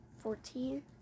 fourteen